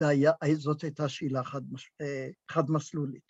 ‫זאת הייתה שאלה חד-מסלולית.